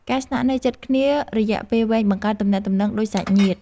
ការស្នាក់នៅជិតគ្នារយះពេលវែងបង្កើតទំនាក់ទំនងដូចសាច់ញាតិ។